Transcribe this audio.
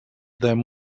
them